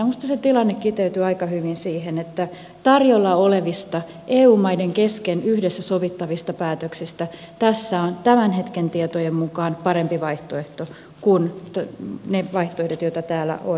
minusta se tilanne kiteytyy aika hyvin siihen että tarjolla olevista eu maiden kesken yhdessä sovittavista päätöksistä tässä on tämän hetken tietojen mukaan parempi vaihtoehto kuin ne vaihtoehdot joita täällä on esitetty